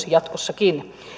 jatkossakin